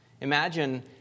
Imagine